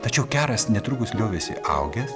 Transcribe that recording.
tačiau keras netrukus liovėsi augęs